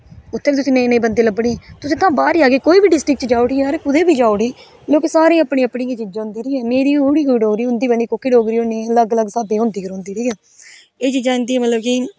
उत्थै बी तुसेंगी नमें नमें बंदे लभने तुसें बाहर कोई बी डिस्ट्रिक्ट च जाओ उठी यार कुदे बी जाओ उठी मतलब सारें गी अपनी अपनी गै चीजां होंदियां मेरी पता नेई केहडी डोगरी होनी उन्दी पता नी कोह्डी डोगरी होनी अलग अलग हिसावे दी होंदी गै रोहंदी ठीक ऐ एह् चीज इन्दा मतलब कि